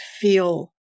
feel